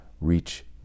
reach